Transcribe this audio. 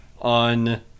on